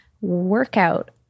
workout